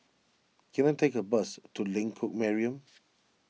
can I take a bus to Lengkok Mariam